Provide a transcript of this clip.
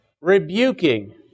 rebuking